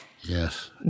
Yes